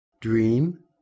dream